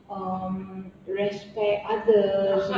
um respect others